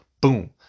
boom